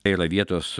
yra vietos